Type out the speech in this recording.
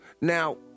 now